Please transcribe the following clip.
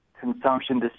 consumption